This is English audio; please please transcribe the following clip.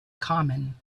common